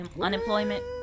unemployment